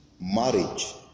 marriage